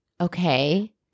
Okay